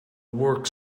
work